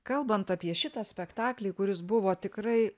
kalbant apie šitą spektaklį kuris buvo tikrai